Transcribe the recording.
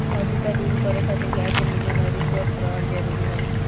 अधिका दूध करे खातिर गाय के निमन अउरी स्वस्थ रहल जरुरी होला